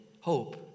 hope